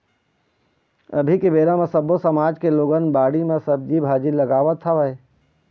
अभी के बेरा म सब्बो समाज के लोगन बाड़ी म सब्जी भाजी लगावत हवय